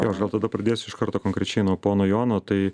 jo aš gal tada pradėsiu iš karto konkrečiai nuo pono jono tai